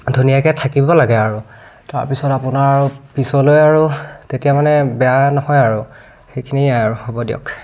ধুনীয়াকৈ থাকিব লাগে আৰু তাৰপিছত আপোনাৰ আৰু পিছলৈ আৰু তেতিয়া মানে বেয়া নহয় আৰু সেইখিনিয়ে আৰু হ'ব দিয়ক